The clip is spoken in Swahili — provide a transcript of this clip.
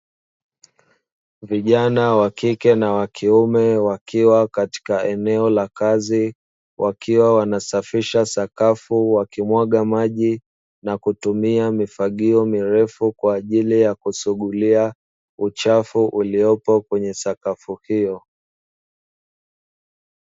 Vijana wa kike na wa kiume wakiwa katika eneo la kazi wakiwa wanasafisha sakafu, wakimwaga maji na kutumia mifagio mirefu kwa ajili ya kusugulia uchafu uliopo kwenye sakafu hiyo.